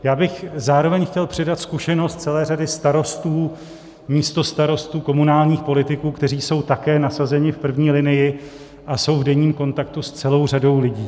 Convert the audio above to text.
Chtěl bych zároveň předat zkušenost celé řady starostů, místostarostů, komunálních politiků, kteří jsou také nasazeni v první linii a jsou v denním kontaktu s celou řadou lidí.